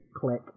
click